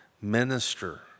minister